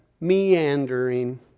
meandering